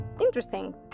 interesting